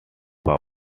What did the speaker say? power